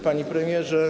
Panie Premierze!